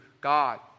God